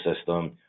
system